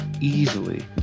easily